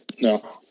No